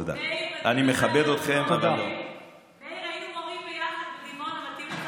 מאיר, היינו מורים ביחד בדימונה.